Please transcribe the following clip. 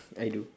I do